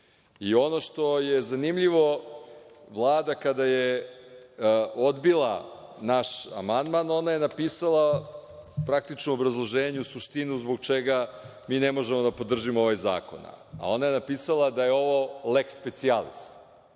licu. Ono što je zanimljivo, Vlada kada je odbila naš amandman, ona je napisala praktično u obrazloženju suštinu zbog čega mi ne možemo da podržimo ovaj zakon. Ona je napisala da je ovo leks specijalis,